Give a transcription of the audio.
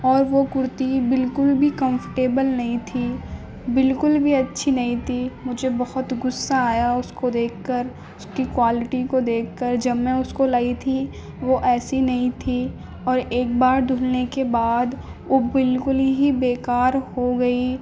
اور وہ کرتی بالکل بھی کمفٹیبل نہیں تھی بالکل بھی اچھی نہیں تھی مجھے بہت غصہ آیا اس کو دیکھ کر اس کی کوالٹی کو دیکھ کر جب میں اس کو لائی تھی وہ ایسی نہیں تھی اور ایک بار دھلنے کے بعد وہ بالکل ہی بیکار ہو گئی